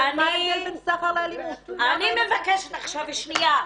אני מבקשת עכשיו שניה.